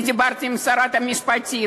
אני דיברתי עם שרת המשפטים,